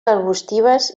arbustives